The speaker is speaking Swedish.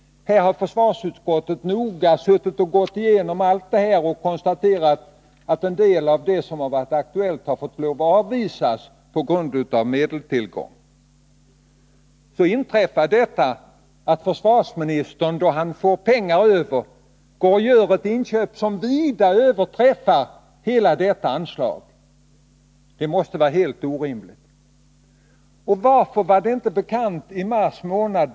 Försvarsutskottet har noga gått igenom allt detta och konstaterat att en del av det som varit aktuellt har måst avvisas på grund av bristande medelstillgång. Så inträffar detta att försvarsministern, då han får pengar över, gör ett inköp som vida överträffar hela detta anslag. Det måste vara helt orimligt! Varför var detta inte bekant i mars månad?